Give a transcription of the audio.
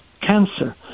cancer